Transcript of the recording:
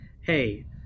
Hey